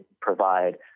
provide